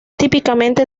típicamente